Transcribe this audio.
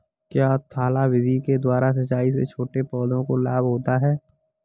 क्या थाला विधि के द्वारा सिंचाई से छोटे पौधों को लाभ होता है?